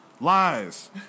Lies